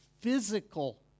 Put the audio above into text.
physical